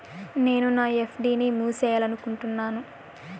నేను నా ఎఫ్.డి ని మూసేయాలనుకుంటున్నాను